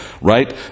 right